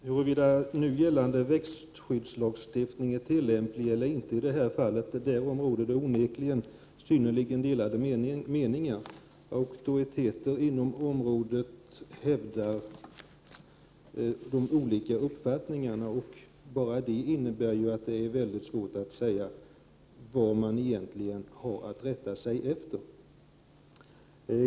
Herr talman! Huruvida nu gällande växtskyddslagstiftning är tillämplig eller ej i detta fall råder det onekligen synnerligen delade meningar om. Auktoriteter på området hävdar olika uppfattningar. Bara detta innebär att det är mycket svårt att se vad man egentligen har att rätta sig efter.